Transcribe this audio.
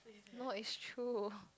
no is true